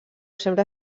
sempre